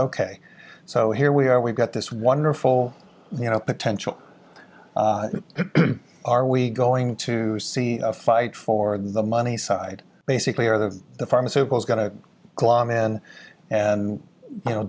ok so here we are we've got this wonderful you know potential are we going to see a fight for the money side basically or the pharmaceuticals going to glom in and you know